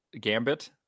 gambit